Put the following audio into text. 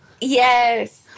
yes